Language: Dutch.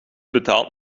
betaald